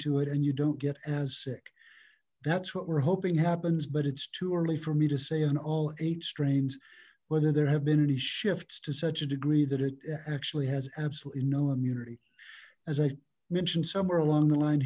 to it and you don't get as sick that's what we're hoping happens but it's too early for me to say on all eight strains whether there have been any shifts to such a degree that it actually has absolutely no immunity as i mentioned somewhere along the line